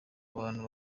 abantu